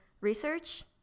research